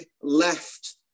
left